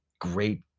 great